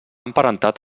emparentat